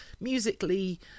musically